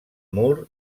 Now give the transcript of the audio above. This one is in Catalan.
moore